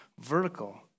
vertical